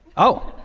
oh.